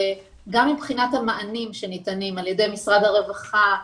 גם מבחינת המענים שניתנים על ידי משרד הרווחה,